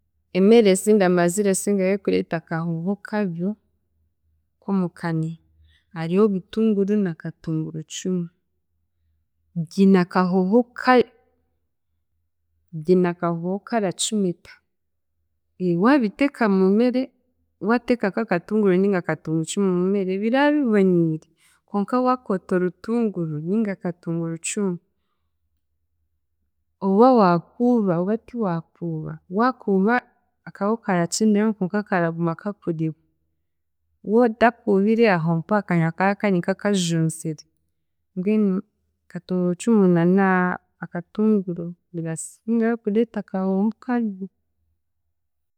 Emere zindamanya zirasigayo kureeta akahooho kabi k'omunywa hariho obutunguru na katungurucumu biine akahooho kabi biine akahooho karacumita, waabiteeka mu meere, waateeka nk'akatunguru ninga katungurucumu mu meere bira biboniire konka waakoota orutunguru ninga katungurucumu, oba waakuuba oba tiwaakuuba, waakuuba akahoho karakyenderaho konka karaguma kakurimu wootakuubire aho mpaho akanywa kara kari nk'akajuzire mbwenu katungurucumu n'akatunguru birasingayo kureeta akahooho kabi.